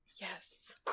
Yes